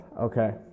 okay